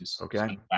Okay